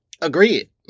Agreed